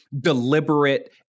deliberate